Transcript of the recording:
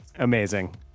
Amazing